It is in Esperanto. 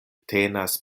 tenas